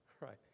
Right